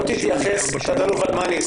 תא"ל ודמני,